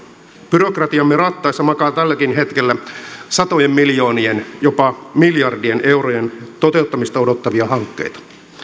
byrokratiamme rattaissa makaa tälläkin hetkellä satojen miljoonien jopa miljardien eurojen toteuttamista odottavia hankkeita